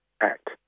act